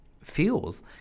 feels